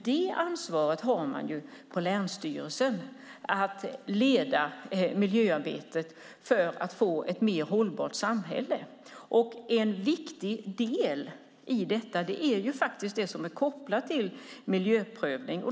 Det ansvaret har man på länsstyrelsen: att leda miljöarbetet för att få ett mer hållbart samhälle. En viktig del i detta är det som är kopplat till miljöprövning.